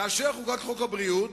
כאשר חוקק חוק ביטוח בריאות,